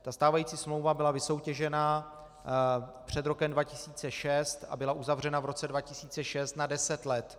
Ta stávající smlouva byla vysoutěžena před rokem 2006 a byla uzavřena v roce 2006 na deset let.